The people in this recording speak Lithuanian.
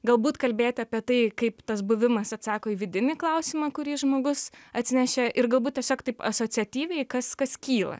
galbūt kalbėti apie tai kaip tas buvimas atsako į vidinį klausimą kurį žmogus atsinešė ir galbūt tiesiog taip asociatyviai kas kas kyla